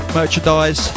merchandise